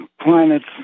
planets